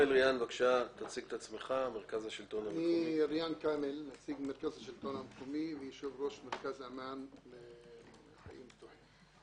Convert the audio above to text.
נציג מרכז השלטון המקומי ויושב ראש מרכז אמאן לחיים טובים.